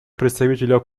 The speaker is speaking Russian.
представителя